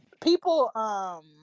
People